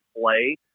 play